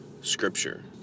scripture